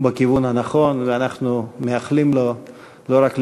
בכיוון הנכון, ואנחנו מאחלים לו לא רק לנשום,